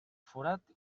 forat